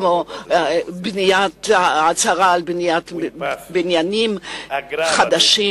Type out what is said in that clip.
כמו ההצהרה על בניית בניינים חדשים